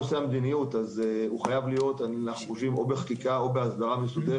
נושא המדיניות חייב להיות בחקיקה, באסדרה,